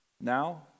now